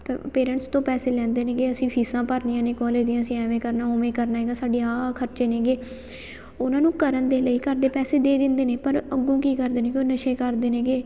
ਪ ਪੇਰੈਂਟਸ ਤੋਂ ਪੈਸੇ ਲੈਂਦੇ ਨੇਗੇ ਅਸੀਂ ਫੀਸਾਂ ਭਰਨੀਆਂ ਨੇ ਕੋਲਜ ਦੀਆਂ ਅਸੀਂ ਐਵੇਂ ਕਰਨਾ ਉਵੇਂ ਕਰਨਾ ਹੈਗਾ ਸਾਡੇ ਆ ਆ ਖਰਚੇ ਨੇਗੇ ਉਹਨਾਂ ਨੂੰ ਕਰਨ ਦੇ ਲਈ ਘਰ ਦੇ ਪੈਸੇ ਦੇ ਦਿੰਦੇ ਨੇ ਪਰ ਅੱਗੋਂ ਕੀ ਕਰਦੇ ਨੇ ਉਹ ਨਸ਼ੇ ਕਰਦੇ ਨੇਗੇ